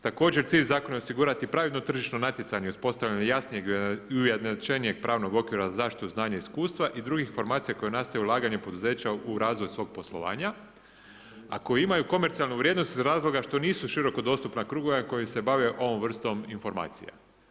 Također cilj zakona je osigurati pravedno tržišno natjecanje i uspostavljanje jasnijeg i ujednačenijeg pravnog okvira za zaštitu znanja i iskustva i drugih informacija koja nastaju ulaganjem poduzeća u razvoj svog poslovanja, a koji imaju komercijalnu vrijednost iz razloga što nisu široko dostupna krugovima koji se bave ovom vrstom informacija.